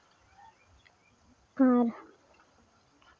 ᱟᱨ